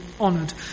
honoured